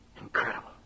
Incredible